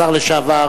השר לשעבר,